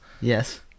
Yes